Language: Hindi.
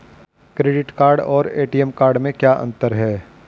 क्रेडिट कार्ड और ए.टी.एम कार्ड में क्या अंतर है?